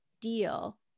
deal